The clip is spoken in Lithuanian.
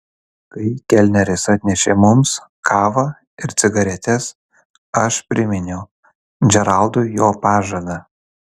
kai kelneris atnešė mums kavą ir cigaretes aš priminiau džeraldui jo pažadą